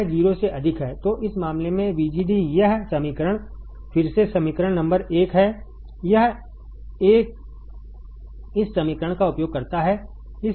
यह 0 से अधिक है तो इस मामले में VGD यह समीकरण फिर से समीकरण नंबर एक है यह एक इस समीकरण का उपयोग करता है